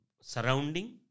surrounding